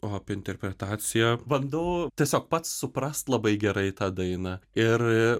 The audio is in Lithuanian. o apie interpretaciją bandau tiesiog pats suprast labai gerai tą dainą ir